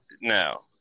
No